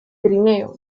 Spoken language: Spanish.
trineo